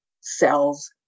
cells